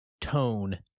tone